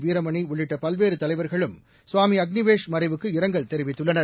வீரமணி உள்ளிட்ட பல்வேறு தலைவர்களும் கவாமி அக்னிவேஷ் மறைவுக்கு இரங்கல் தெரிவித்துள்ளனர்